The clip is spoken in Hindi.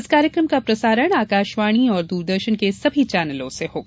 इस कार्यक्रम का प्रसारण आकाशवाणी और दूरदर्शन के सभी चैनलों से होगा